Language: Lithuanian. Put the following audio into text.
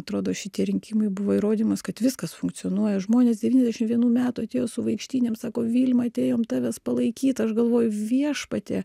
atrodo šitie rinkimai buvo įrodymas kad viskas funkcionuoja žmonės devyniasdešim vienų metų atėjo su vaikštynėm savo vilma atėjom tavęs palaikyt aš galvoju viešpatie